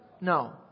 No